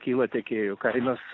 kyla tiekėjų kainos